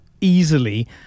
easily